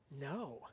No